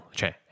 cioè